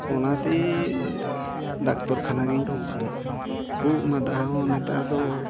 ᱚᱱᱟᱛᱮ ᱰᱟᱠᱛᱚᱨ ᱠᱷᱟᱱᱟ ᱜᱤᱧ ᱠᱩᱥᱤᱭᱟᱜᱼᱟ ᱠᱷᱩᱜ ᱢᱟᱫᱟ ᱦᱚᱸ ᱱᱮᱛᱟᱨ ᱫᱚ